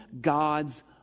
God's